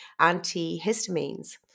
antihistamines